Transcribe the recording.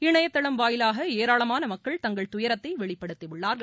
இணையதள வாயிலாக ஏராளமான மக்கள் தங்கள் துயரத்தை வெளிப்படுத்திஉள்ளார்கள்